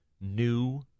new